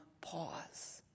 pause